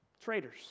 Traitors